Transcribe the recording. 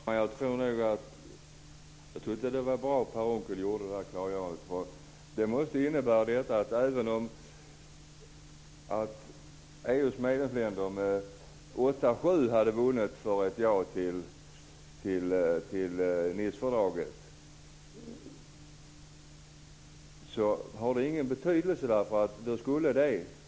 Fru talman! Jag tycker att det var bra att Per Unckel gjorde det här klarläggandet. Det måste innebära att även om EU:s medlemsländer med 8-7 röstar ja till Nicefördraget har det ingen betydelse.